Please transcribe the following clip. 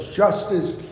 justice